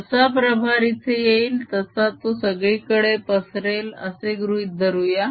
जसा प्रभार इथे येईल तर तो सगळीकडे पसरेल असे गृहीत धरूया